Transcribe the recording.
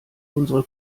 unsere